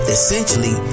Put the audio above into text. Essentially